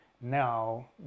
now